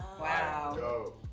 Wow